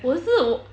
我是我